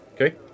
Okay